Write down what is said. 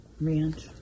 Ranch